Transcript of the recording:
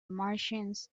martians